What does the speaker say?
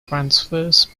transverse